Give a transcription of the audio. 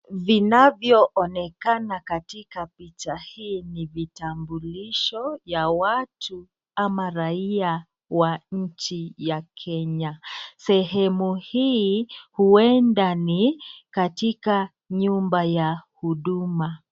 Vinavyoonekana katika picha hii ni vitambulisho ya watu ama raia wa nchi ya kenya sehemu hii huenda ni katika nyumba ya huduma.